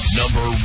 number